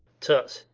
tut,